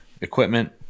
equipment